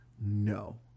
No